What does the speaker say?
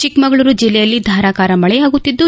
ಚಿಕ್ಕಮಗಳೂರು ಜಿಲ್ಲೆಯಲ್ಲಿ ಧಾರಾಕಾರ ಮಕೆಯಾಗುತ್ತಿದ್ದು